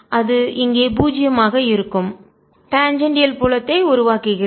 அது இங்கே பூஜ்ஜியமாக இருக்கும் டான்ஜென்ஷியல் புலத்தை உருவாக்குகிறது